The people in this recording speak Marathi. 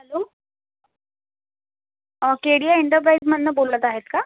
हॅलो के डी आय इंटप्राईजमधून बोलत आहेत का